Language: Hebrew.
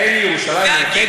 האם ירושלים מאוחדת?